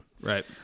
Right